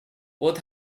both